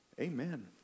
Amen